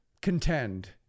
contend